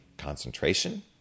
concentration